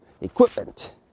equipment